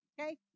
okay